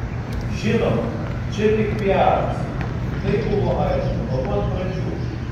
žinoma čia tik piaras tai buvo aišku nuo pat pradžių